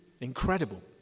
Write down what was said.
incredible